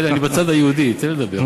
אני בצד היהודי, תן לי לדבר.